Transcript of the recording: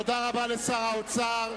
תודה רבה לשר האוצר.